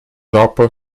dopo